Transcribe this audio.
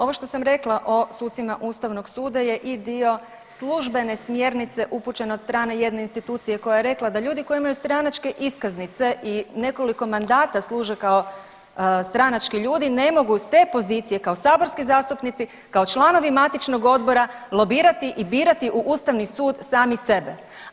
Ovo što sam rekla o sucima Ustavnog suda je i dio službene smjernice upućene od strane jedne institucije koja je rekla ljudi koji imaju stranačke iskaznice i nekoliko mandata služe kao stranački ljudi ne mogu s te pozicije kao saborski zastupnici, kao članovi matičnog odbora lobirati i birati u Ustavni sud sami sebe.